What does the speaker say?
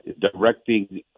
directing